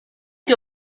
que